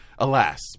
Alas